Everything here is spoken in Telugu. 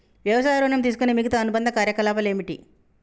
వ్యవసాయ ఋణం తీసుకునే మిగితా అనుబంధ కార్యకలాపాలు ఏమిటి?